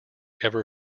ever